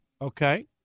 Okay